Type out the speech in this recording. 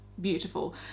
beautiful